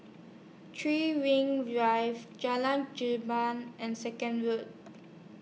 three Rings Drive Jalan Jamal and Second Rood